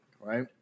Right